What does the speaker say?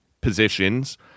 positions